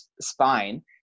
spine